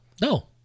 No